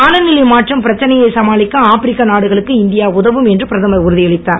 காலநிலை மாற்றம் பிரச்சனையை சமாளிக்க ஆப்ரிக்க நாடுகளுக்கு இந்தியா உதவும் என்று பிரதமர் உறுதியளித்தார்